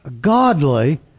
godly